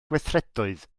gweithredoedd